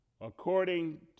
according